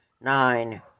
Nine